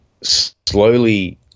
slowly